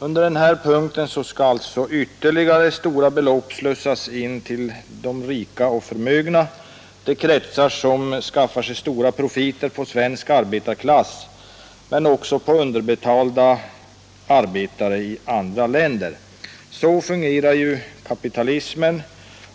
Under denna punkt skall alltså ytterligare stora belopp slussas in till de rika och förmögna, de kretsar som skaffar sig stora profiter på svensk arbetarklass men också på underbetalda arbetare i andra länder. Så fungerar ju kapitalismen.